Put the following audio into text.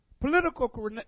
Political